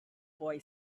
boy